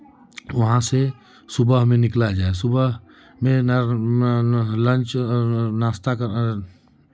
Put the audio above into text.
वहाँ से सुबह में निकला जाए सुबह में लंच नाश्ता